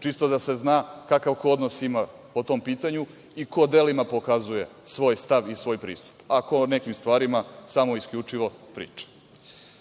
Čisto da se zna kakav ko odnos ima po tom pitanju i ko delima pokazuje svoj stav i svoj pristup, a ko o nekim stvarima samo isključivo priča. Dalje,